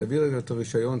תביא רגע את הרישיון,